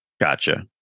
Gotcha